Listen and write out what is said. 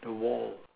the wall